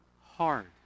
hard